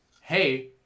hey